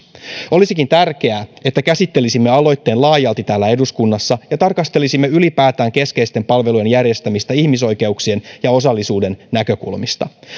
olisikin tärkeää että käsittelisimme aloitteen laajalti täällä eduskunnassa ja tarkastelisimme ylipäätään keskeisten palvelujen järjestämistä ihmisoikeuksien ja osallisuuden näkökulmista